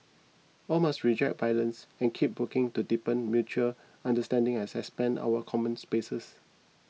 all must reject violence and keep working to deepen mutual understanding and expand our common spaces